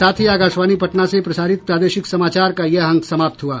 इसके साथ ही आकाशवाणी पटना से प्रसारित प्रादेशिक समाचार का ये अंक समाप्त हुआ